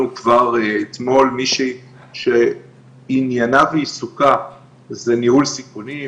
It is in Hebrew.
כבר אתמול מישהי שעניינה ועיסוקה זה ניהול סיכונים.